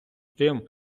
тим